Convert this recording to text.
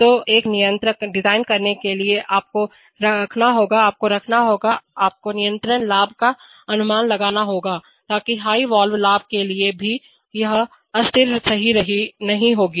तो एक नियंत्रककंट्रोलर डिजाइन करने के लिए आपको रखना होगा आपको रखना होगा आपको नियंत्रक कंट्रोलर लाभ का एक अनुमान लगाना होगा ताकि हाई वाल्व लाभ के लिए भी यह अस्थिर सही नहीं होगा